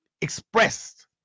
expressed